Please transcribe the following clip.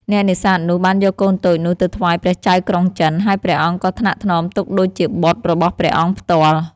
អ្នកនេសាទនោះ បានយកកូនតូចនោះទៅថ្វាយព្រះចៅក្រុងចិន ហើយព្រះអង្គក៏ថ្នាក់ថ្នមទុកដូចជាបុត្ររបស់ព្រះអង្គផ្ទាល់។